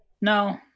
no